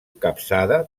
capçada